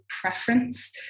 preference